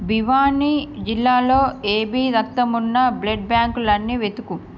భివానీ జిల్లాలో ఏబీ రక్తం ఉన్న బ్లడ్ బ్యాంకులు అన్ని వెతుకు